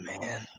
man